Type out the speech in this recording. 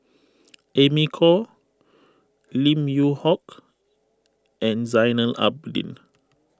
Amy Khor Lim Yew Hock and Zainal Abidin